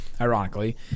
ironically